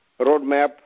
roadmap